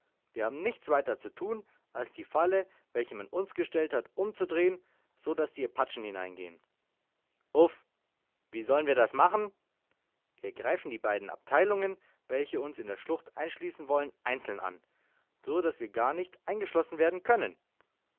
wir haben nichts weiter zu tun als die falle welche man uns gestellt hat umzudrehen so daß die apachen hineingehen uff wie sollen wir das machen wir greifen die beiden abteilungen welche uns in der schlucht einschließen wollen einzeln an so daß wir gar nicht eingeschlossen werden können